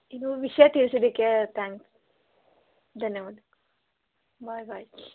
ಇದು ವಿಷಯ ತಿಳಿಸಿದ್ದಕ್ಕೆ ಥ್ಯಾಂಕ್ಸ್ ಧನ್ಯವಾದ ಬಾಯ್ ಬಾಯ್